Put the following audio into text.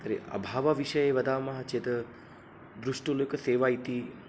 तर्हि अभावविषये वदामः चेत् दृष्टुलुकसेवा इति